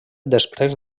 després